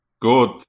good